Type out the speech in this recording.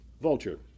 Vulture